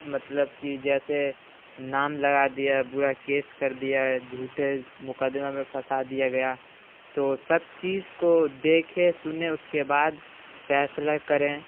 مطلب کہ جیسے نام لگا دیا برا کیس کردیا جھوٹے مقدمہ میں پھنسا دیا گیا تو سب چیز کو دیکھے سنے اس کے بعد فیصلہ کریں